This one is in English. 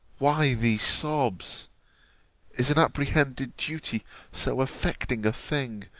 why these sobs is an apprehended duty so affecting a thing,